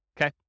okay